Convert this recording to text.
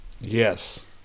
Yes